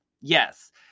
Yes